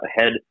ahead